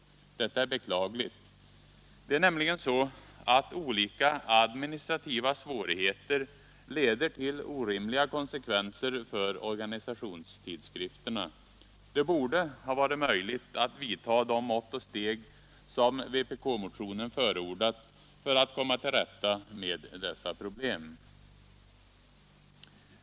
Detta är beklagligt. Det är nämligen så att olika administrativa svårigheter leder till orimliga konsekvenser för organisationstidskrifterna. Det borde varit möjligt att vidta de mått och steg som vpk-motionen förordat för att komma till rätta med dessa problem.